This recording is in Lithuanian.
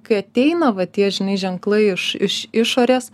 kai ateina va tie žinai ženklai iš iš išorės